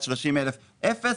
עד 30,000 ₪- אפס,